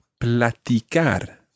platicar